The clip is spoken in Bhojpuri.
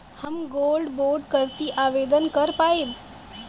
हम गोल्ड बोड करती आवेदन कर पाईब?